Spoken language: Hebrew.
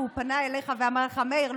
והוא פנה אליך ואמר לך: מאיר,